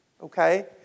Okay